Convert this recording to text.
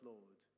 Lord